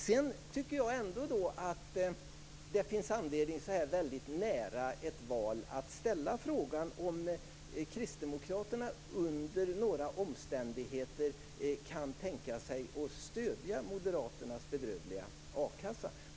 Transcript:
Jag tycker att det finns anledning så här nära ett val ställa frågan om kristdemokraterna under några omständigheter kan tänka sig att stödja moderaternas bedrövliga a-kassa.